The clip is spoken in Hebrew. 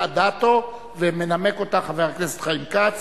אדטו ומנמק אותה חבר הכנסת חיים כץ.